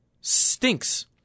stinks